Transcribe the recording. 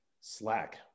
Slack